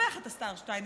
לשבח את השר שטייניץ,